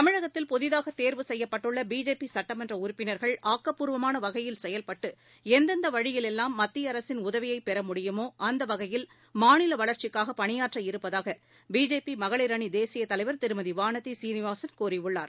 தமிழகத்தில் புதிதாக தேர்வு செய்யப்பட்டுள்ள பிஜேபி சுட்டமன்ற உறுப்பினர்கள் ஆக்கப்பூர்வமான வகையில் செயல்பட்டு எந்தெந்த வழியில் எல்லாம் மத்திய அரசின் உதவியை பெற முடியுமோ அந்த வகையில் மாநில வளர்ச்சிக்காக பணியாற்ற இருப்பதாக பிஜேபி மகளிர் அணி தேசிய தலைவர் திருமதி வானதி சீனிவாசன் கூறியுள்ளார்